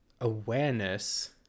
awareness